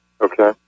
Okay